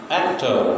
actor